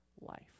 life